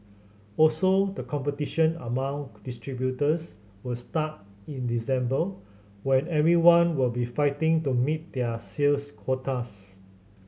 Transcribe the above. also the competition among distributors will start in December when everyone will be fighting to meet their sales quotas